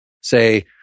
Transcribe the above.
say